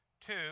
Two